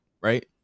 right